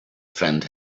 friend